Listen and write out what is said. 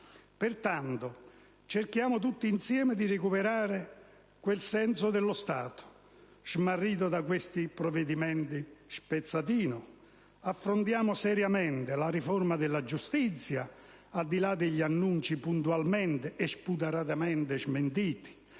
Pertanto, cerchiamo tutti insieme di recuperare quel senso dello Stato smarrito da questi "provvedimenti spezzatino", affrontiamo seriamente la riforma della giustizia, al di là degli annunci puntualmente e spudoratamente smentiti.